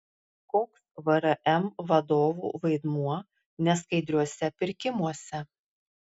koks vrm vadovų vaidmuo neskaidriuose pirkimuose